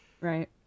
Right